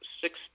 six